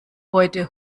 heute